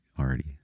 already